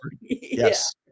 Yes